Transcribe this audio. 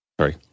Sorry